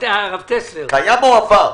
קיים או עבר?